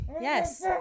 Yes